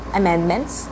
amendments